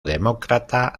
demócrata